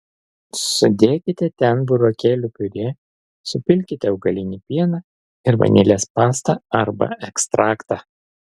sudėkite ten burokėlių piurė supilkite augalinį pieną ir vanilės pastą arba ekstraktą